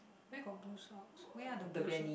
where got blue socks where are the blue socks